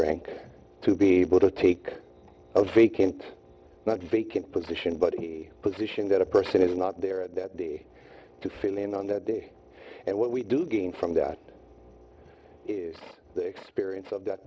rank to be able to take a vacant not vacant position but a position that a person is not there at the to fill in on that day and what we do gain from that is the experience of that